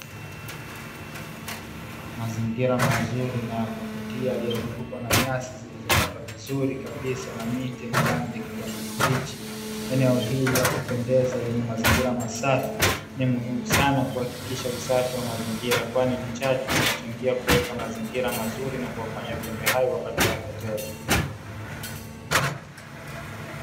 Mazingira mazuri na ya kuvutia yaliyozungukwa na nyasi zilizokatwa vizuri kabisa na miti yenye rangi ya kijani kibichi, eneo la kupendeza lenye mazingira masafi ni muhimu sana kuhakikisha usafi wa mazingira kwani ni chachu inayochangia kuweka mazingira mazuri na kuwafanya viumbe wapate afya tele.